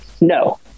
No